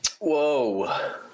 Whoa